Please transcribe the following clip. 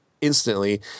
instantly